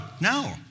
No